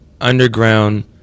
underground